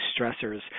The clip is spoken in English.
stressors